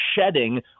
shedding